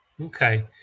okay